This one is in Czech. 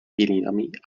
pilinami